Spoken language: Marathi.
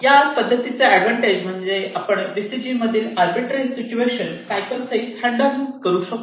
या पद्धतीचा एडवांटेज म्हणजे आपण VCG तो मधील अरबीट्रे सिच्युएशन सायकल सहित हँडल करू शकतो